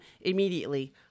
immediately